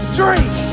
drink